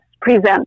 present